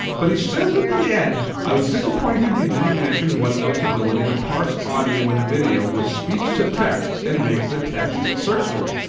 but he says at the end, i was disappointed you didn't mention one note's ability to parse audio and video with speech-to-text and make the text searchable.